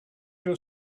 your